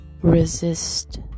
resist